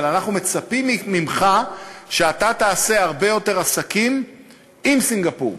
אבל אנחנו מצפים שאתה תעשה הרבה יותר עסקים עם סינגפור.